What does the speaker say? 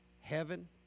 Heaven